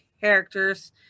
characters